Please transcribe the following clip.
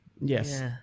Yes